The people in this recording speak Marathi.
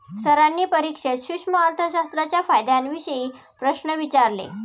सरांनी परीक्षेत सूक्ष्म अर्थशास्त्राच्या फायद्यांविषयी प्रश्न विचारले